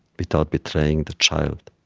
without betraying the child